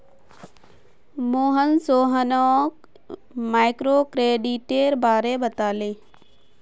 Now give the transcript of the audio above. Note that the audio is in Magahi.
मोहन सोहानोक माइक्रोक्रेडिटेर बारे बताले